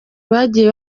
bagiye